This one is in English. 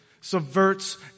subverts